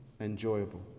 enjoyable